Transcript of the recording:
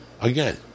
Again